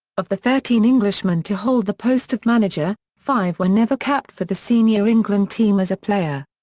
of the thirteen englishmen to hold the post of manager, five were never capped for the senior england team as a player.